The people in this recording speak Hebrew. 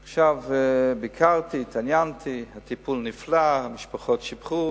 ביקרתי, התעניינתי, הטיפול נפלא, המשפחות שיבחו